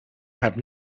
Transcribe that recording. have